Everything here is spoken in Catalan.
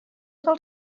del